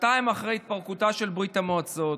שנתיים אחרי התפרקותה של ברית המועצות,